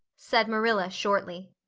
said marilla shortly.